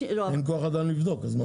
אין לכם כוח אדם לבדוק, אז מה עשינו?